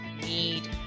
need